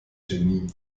genie